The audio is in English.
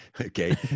Okay